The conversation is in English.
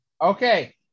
Okay